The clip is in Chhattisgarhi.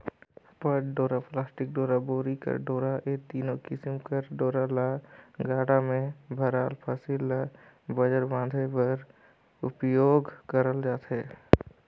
पट डोरा, पलास्टिक डोरा, बोरी कर डोरा ए तीनो किसिम कर डोरा ल गाड़ा मे भराल फसिल ल बंजर बांधे बर उपियोग करल जाथे